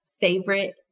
favorite